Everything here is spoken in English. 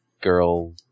girl